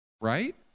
right